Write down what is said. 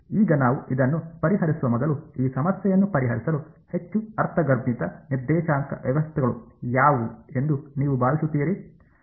ಈಗ ನಾವು ಇದನ್ನು ಪರಿಹರಿಸುವ ಮೊದಲು ಈ ಸಮಸ್ಯೆಯನ್ನು ಪರಿಹರಿಸಲು ಹೆಚ್ಚು ಅರ್ಥಗರ್ಭಿತ ನಿರ್ದೇಶಾಂಕ ವ್ಯವಸ್ಥೆಗಳು ಯಾವುವು ಎಂದು ನೀವು ಭಾವಿಸುತ್ತೀರಿ